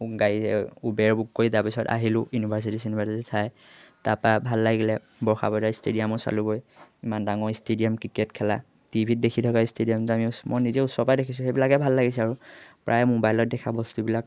গাড়ী Uber book কৰি তাৰপিছত আহিলোঁ ইউনিভাৰ্চিটি চিনিভাৰ্চিটি চাই তাৰপৰা ভাল লাগিলে বৰষাপাৰা ষ্টেডিয়ামো চালোঁগৈ ইমান ডাঙৰ ষ্টেডিয়াম ক্ৰিকেট খেলা টিভিত দেখি থকা ষ্টেডিয়ামটো আমি মই নিজে ওচৰৰপৰাই দেখিছোঁ সেইবিলাকে ভাল লাগিছে আৰু প্ৰায় মোবাইলত দেখা বস্তুবিলাক